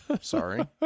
Sorry